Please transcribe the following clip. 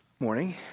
Morning